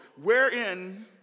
wherein